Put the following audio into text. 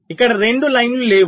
ఇక్కడ రెండు లైన్ లు లేవు